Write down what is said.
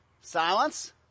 Silence